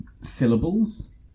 syllables